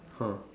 !huh!